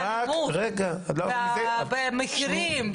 במחירים,